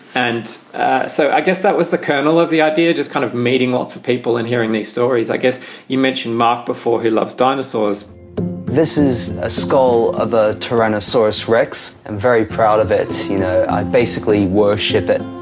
and so i guess that was the kernel of the idea, just kind of meeting lots of people and hearing these stories. i guess you mentioned marc before. he loves dinosaurs this is a skull of a tyrannosaurus rex. i'm and very proud of it. you know, i basically worship it.